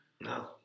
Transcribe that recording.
No